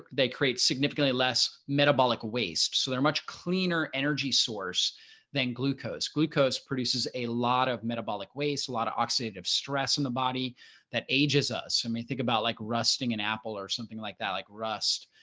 they create significantly less metabolic waste, so they're much cleaner energy source than glucose. glucose produces a lot of metabolic waste a lot of oxidative stress in the body that ages us and we think about like rusting an apple or something like that, like rust.